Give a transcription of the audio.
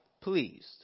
pleased